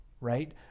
right